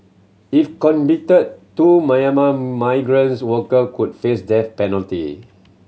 if convicted two Myanmar migrants worker could face death penalty